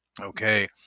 okay